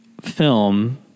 film